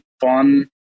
fun